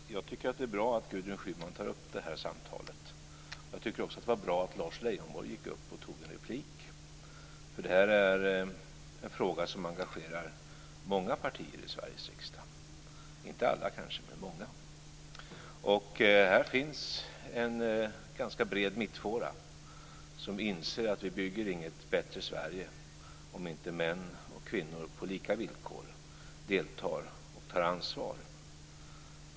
Fru talman! Jag tycker att det är bra att Gudrun Schyman tar upp detta samtal. Jag tycker också att det var bra att Lars Leijonborg gick upp och tog en replik. Detta är nämligen en fråga som engagerar många partier i Sveriges riksdag - inte alla kanske, men många. Här finns en ganska bred mittfåra som inser att vi inte bygger något bättre Sverige om inte män och kvinnor på lika villkor deltar och tar ansvar.